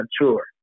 mature